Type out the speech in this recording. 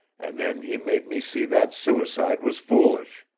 and then he made me see that suicide was foolish.